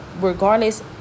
regardless